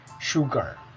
sugar